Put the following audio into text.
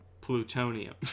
plutonium